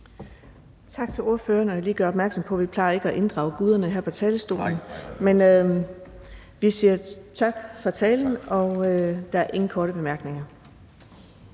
Tak til ordføreren. Jeg vil lige gøre opmærksom på, at vi ikke plejer at inddrage guderne her på talerstolen. Men vi siger tak for talen, og der er ingen korte bemærkninger.